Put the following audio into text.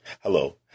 Hello